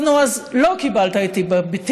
טוב, נו, אז לא קיבלת את תיק הביטחון,